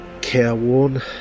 careworn